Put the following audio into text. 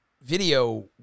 video